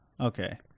Okay